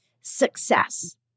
success